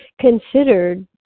considered